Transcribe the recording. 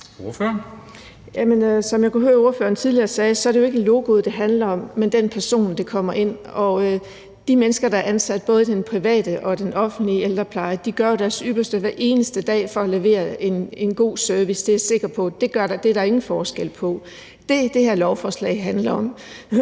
Som jeg kunne høre, at ordføreren tidligere sagde, så er det jo ikke logoet, det handler om, men den person, der kommer ind. Og de mennesker, der er ansat, både i den private og den offentlige ældrepleje, gør jo hver eneste dag deres ypperste for at levere en god service. Det er jeg sikker på at der ikke er nogen forskel på. Det, som det her lovforslag handler om,